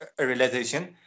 realization